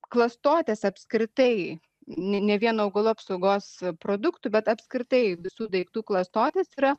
klastotės apskritai ne vien augalų apsaugos produktų bet apskritai visų daiktų klastotės yra